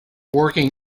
working